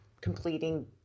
completing